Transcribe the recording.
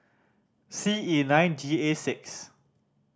C E nine G A six